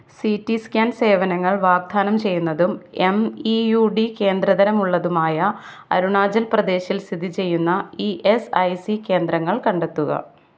C T scan സേവനങ്ങൾ വാഗ്ദാനം ചെയ്യുന്നതും എം ഇ യു ഡി കേന്ദ്ര തരമുള്ളതുമായ അരുണാചൽ പ്രദേശിൽ സ്ഥിതി ചെയ്യുന്ന ഇ എസ് ഐ സി കേന്ദ്രങ്ങൾ കണ്ടെത്തുക